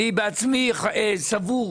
אני בעצמי סבור